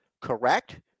correct